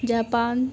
Japan